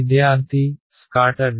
విద్యార్థి స్కాటర్డ్